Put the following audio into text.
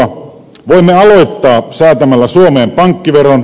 voimme aloittaa säätämällä suomeen pankkiveron